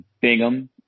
Bingham